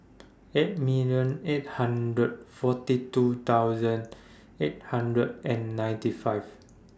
eight million eight hundred forty two thousand eight hundred and ninety five